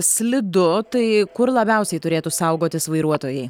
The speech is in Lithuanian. slidu tai kur labiausiai turėtų saugotis vairuotojai